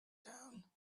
town